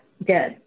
good